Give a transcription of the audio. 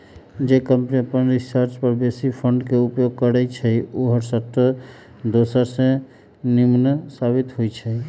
जे कंपनी अप्पन रिसर्च पर बेशी फंड के उपयोग करइ छइ उ हरसठ्ठो दोसर से निम्मन साबित होइ छइ